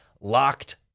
locked